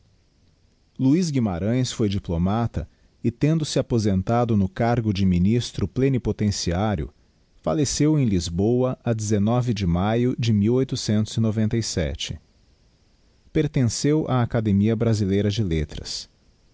luiz guimarães foi diplomata e tendo se aposentado no cargo de ministro plenipotenciário falleceu em lisboa a de maio de pertenceu á academia brasileira de letras